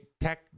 tech